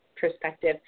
perspective